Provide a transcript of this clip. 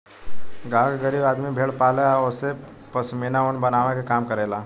गांव के गरीब आदमी भेड़ पाले आ ओसे पश्मीना ऊन बनावे के काम करेला